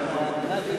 המשרד לביטחון פנים (כבאות והצלה),